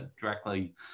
directly